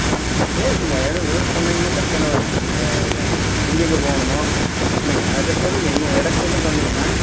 பார்த்துட்டு பேசுங்கள் எதுவும் விவரத்தை சொன்னீங்கன்னா தானே பரவாயில்லை எங்கெங்க போகணுமோ என்னங்க அதை சொல்லுங்கள் நீங்கள் இடத்தைலாம் சொன்னீங்கன்னா